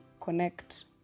connect